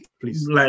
please